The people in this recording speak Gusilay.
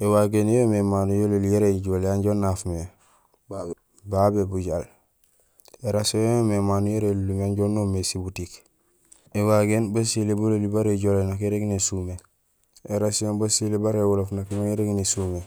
Ēwagéén yo yoomé émano yololi yara éjoolee yanja unaaf mé babé bujaal. Ērasihon yo yoomé émano yara élunlum yanja unoomé sibutik. Ēwagéén basilé bololi bara éjoolee nak érég nésumé, érasihon basilé bara éholoof nak érég nésumé.